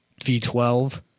V12